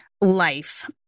life